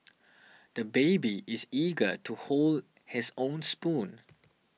the baby is eager to hold his own spoon